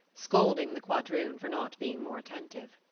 scolding the quadroon for not being more attentive.